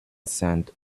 sand